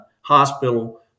hospital